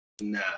Nah